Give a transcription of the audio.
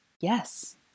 Yes